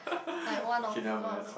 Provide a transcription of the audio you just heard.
like one of it one of the